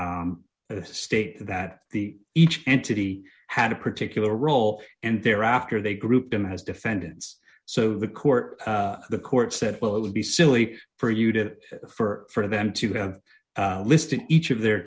state that the each entity had a particular role and thereafter they group them has defendants so the court the court said well it would be silly for you to it for them to have listed each of their